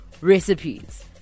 recipes